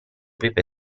pepe